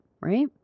right